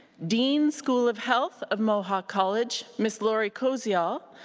dean school of health of mohawk college ms. lori koziol.